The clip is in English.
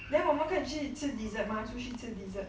then 我们可以去吃 desert 吗出去吃 dessert